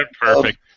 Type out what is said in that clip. perfect